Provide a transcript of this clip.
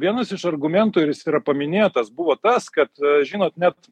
vienas iš argumentų ir jis yra paminėtas buvo tas kad žinot net